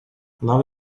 love